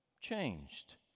Changed